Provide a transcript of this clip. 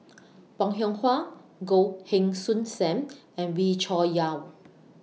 Bong Hiong Hwa Goh Heng Soon SAM and Wee Cho Yaw